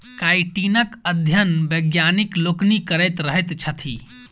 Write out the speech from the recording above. काइटीनक अध्ययन वैज्ञानिक लोकनि करैत रहैत छथि